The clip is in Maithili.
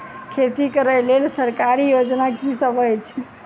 खेती करै लेल सरकारी योजना की सब अछि?